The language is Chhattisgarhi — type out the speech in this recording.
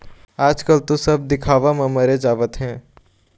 आजकल तो सब दिखावा म मरे जावत हें